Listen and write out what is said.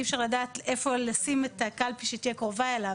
אי אפשר לדעת איפה לשים את הקלפי שתהיה קרובה אליו,